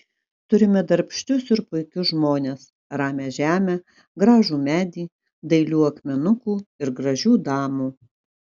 turime darbščius ir puikius žmones ramią žemę gražų medį dailių akmenukų ir gražių damų